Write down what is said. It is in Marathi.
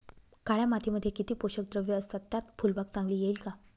काळ्या मातीमध्ये किती पोषक द्रव्ये असतात, त्यात फुलबाग चांगली येईल का?